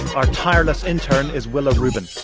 our tireless intern is willa rubin.